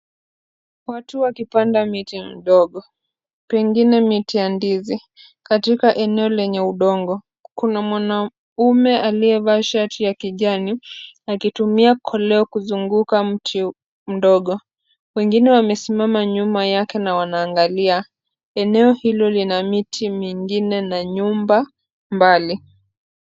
Watu wakipanda miti midogo, pengine miti ya ndizi, katika eneo lenye udongo, kuna mwanaume aliyevaa shati ya kijani, akitumia koleo kuzunguka mti mdogo. Wengine wamesimama nyuma yake na wanaangalia. Eneo hilo lini miti mingine na nyumba mbali.